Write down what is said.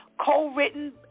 co-written